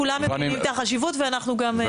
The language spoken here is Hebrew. כולם מבינים את החשיבות ואנחנו גם כנראה